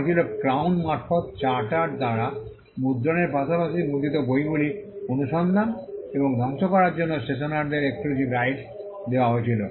তা হয়েছিল ক্রাউন মারফত চার্টার দ্বারা মুদ্রণের পাশাপাশি মুদ্রিত বইগুলি অনুসন্ধান এবং ধ্বংস করার জন্য স্টেশনারদের এক্সক্লুসিভ রাইটস দেওয়া হয়েছিল